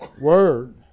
word